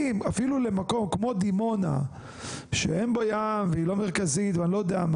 אם אפילו למקום כמו דימונה שאין בה ים והיא לא מרכזית ואני לא יודע,